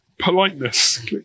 politeness